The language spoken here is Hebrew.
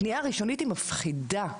הפניה הראשונית היא מפחידה,